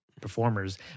performers